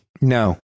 No